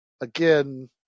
Again